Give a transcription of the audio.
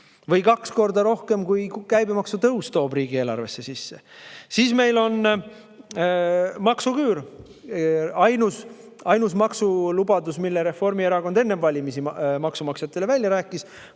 kaks korda rohkem, kui käibemaksu tõus toob riigieelarvesse sisse. Siis meil on maksuküür – ainus maksulubadus, mille Reformierakond enne valimisi maksumaksjatele välja rääkis.